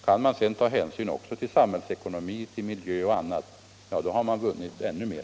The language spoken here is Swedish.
Kan man sedan ta hänsyn till samhällsekonomi, miljö och annat har man vunnit ännu mer.